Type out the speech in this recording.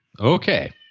Okay